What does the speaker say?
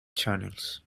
channels